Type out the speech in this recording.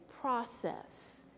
process